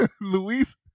Luis